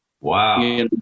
wow